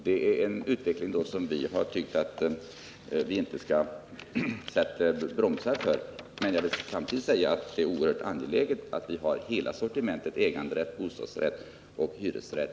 Det är en utveckling som vi anser att vi inte bör sätta bromsar för. Men jag vill samtidigt säga att det är oerhört angeläget att vi har hela sortimentet i alla kommuner: äganderätt, bostadsrätt och hyresrätt.